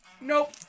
nope